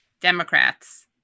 Democrats